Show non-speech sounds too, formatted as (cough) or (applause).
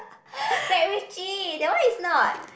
(breath) MacRitchie that one is not